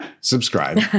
subscribe